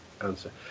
answer